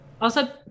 Also-